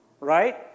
right